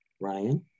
Ryan